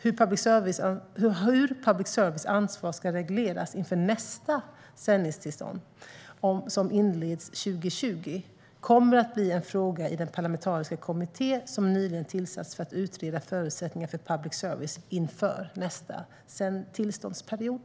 Hur public services ansvar ska regleras inför nästa sändningstillstånd, som inleds 2020, kommer att bli en fråga i den parlamentariska kommitté som nyligen tillsatts för att utreda förutsättningarna för public service inför nästa tillståndsperiod.